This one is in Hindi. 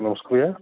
नमस्ते